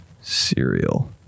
cereal